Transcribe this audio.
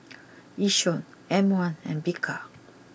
Yishion M one and Bika